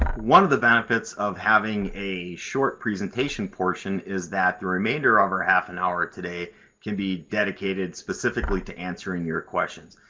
one of the benefits of having a short presentation portion is that the remainder of our half an hour today can be dedicated specifically to answering your questions.